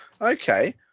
Okay